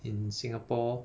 in singapore